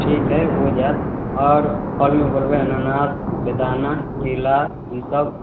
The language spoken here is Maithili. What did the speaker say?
ठीक हय हो जाएत आओर फलमे बोलबै अनानास बेदाना केला ई सब